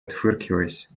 отфыркиваясь